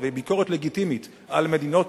כביקורת שהיא ביקורת לגיטימית על מדינות